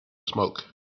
smoke